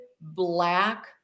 black